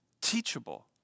teachable